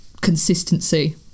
consistency